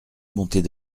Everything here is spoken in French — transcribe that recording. montait